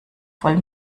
voll